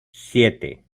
siete